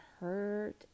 hurt